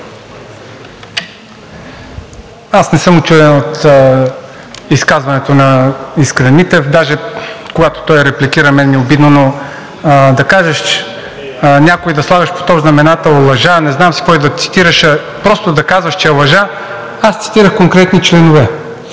Аз не съм учуден от изказването на Искрен Митев. Даже когато той репликира, на мен ми е обидно, но да слагаш някой под общ знаменател „лъжа“, не знам си кой да цитираш, просто да казваш, че е лъжа – аз цитирах конкретни членове.